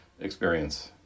experience